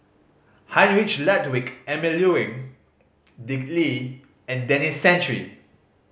Heinrich Ludwig Emil Luering Dick Lee and Denis Santry